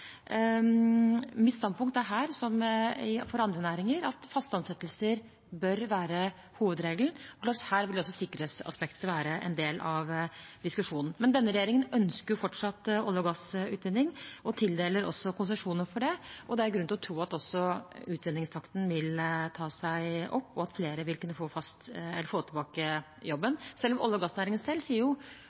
Mitt standpunkt her, som for andre næringer, er at faste ansettelser bør være hovedregelen. Det er klart at her vil også sikkerhetsaspektet være en del av diskusjonen. Men denne regjeringen ønsker fortsatt olje- og gassutvinning og tildeler også konsesjoner for det. Det er grunn til å tro at utvinningstakten vil ta seg opp, og at flere vil kunne få tilbake jobben, selv om olje- og gassnæringen selv sier